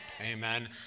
Amen